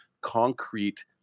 concrete